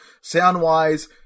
Sound-wise